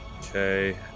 Okay